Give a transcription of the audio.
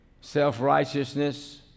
self-righteousness